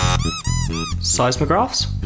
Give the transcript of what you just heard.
Seismographs